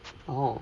oo